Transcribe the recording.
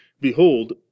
Behold